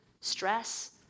stress